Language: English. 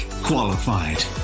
qualified